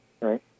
Right